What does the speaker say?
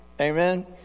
Amen